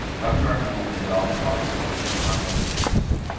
how would you recommend that they develop an audience or produce content that is interesting?